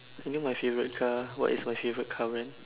you know my favourite car what is my favourite car brand